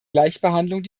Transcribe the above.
gleichbehandlung